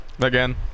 Again